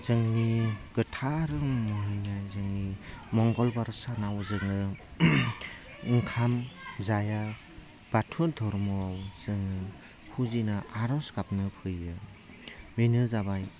जोंनि गोथार जोंनि मंगलबार सानाव जोङो ओंखाम जाया बाथौ धोरोमआव जोङो फुजिना आरज गाबनो फैयो बेनो जाबाय